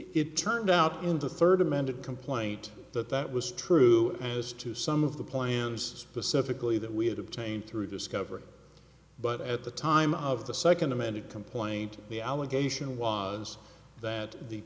it turned out in the third amended complaint that that was true as to some of the plans specifically that we had obtained through discovery but at the time of the second amended complaint the allegation was that the